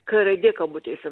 k raidė kabutėse